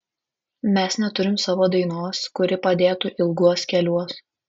mes neturim savo dainos kuri padėtų ilguos keliuos